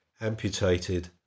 amputated